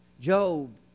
Job